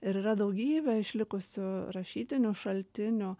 ir yra daugybė išlikusių rašytinių šaltinių